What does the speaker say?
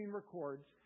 records